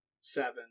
seven